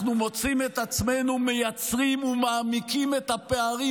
אנחנו מוצאים את עצמנו מייצרים ומעמיקים את הפערים